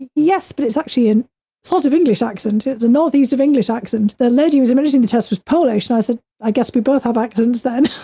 yes, but it's actually a and sort of english accent. it's a northeast of english accent. the lady was administering the test was polish. and i said, i guess we both have accents then.